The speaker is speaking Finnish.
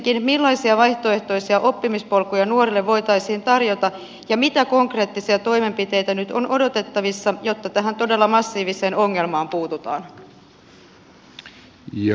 millaisia vaihtoehtoisia oppimispolkuja nuorille voitaisiin tarjota ja mitä konkreettisia toimenpiteitä nyt on odotettavissa jotta tähän todella massiiviseen ongelmaan puututaan